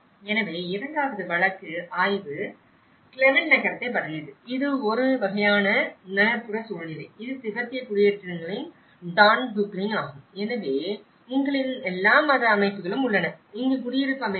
எனவே இரண்டாவது வழக்கு ஆய்வு கிளெமென்ட் நகரத்தைப் பற்றியது இது ஒரு வகையான நகர்ப்புற சூழ்நிலை இது திபெத்திய குடியேற்றங்களின் டான்டுப்ளிங் ஆகும் எனவே உங்களிடம் எல்லா மத அமைப்புகளும் உள்ளன இங்கு குடியிருப்பு அமைப்புகளும் உள்ளன